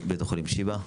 בית החולים שיבא.